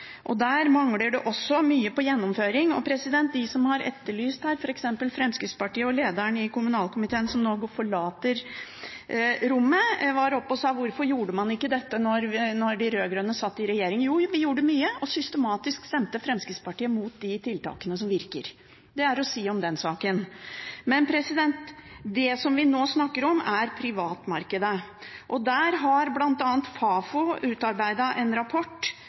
Der mangler det også mye på gjennomføring, og f.eks. Fremskrittspartiet – og lederen i kommunalkomiteen, som nå forlater rommet – var oppe og etterlyste: Hvorfor gjorde man ikke dette da de rød-grønne satt i regjering? Jo, vi gjorde mye, og systematisk stemte Fremskrittspartiet imot de tiltakene som virker. Det er å si om den saken. Men det som vi nå snakker om, er privatmarkedet, og der har bl.a. Fafo utarbeidet en rapport